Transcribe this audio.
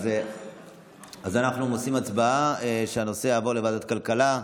אז אנחנו עושים הצבעה שהנושא יעבור לוועדת הכלכלה.